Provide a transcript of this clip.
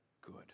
good